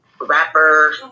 rapper